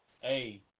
hey